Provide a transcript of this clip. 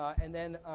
and then,